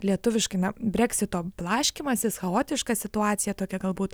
lietuviškai na breksito blaškymasis chaotiška situacija tokia galbūt